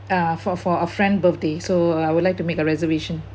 uh for for a friend birthday so I would like to make a reservation